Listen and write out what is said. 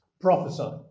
prophesy